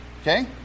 okay